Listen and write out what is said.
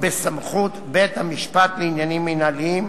בסמכות בית-המשפט לעניינים מינהליים,